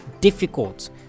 difficult